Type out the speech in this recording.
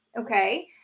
okay